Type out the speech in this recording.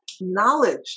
knowledge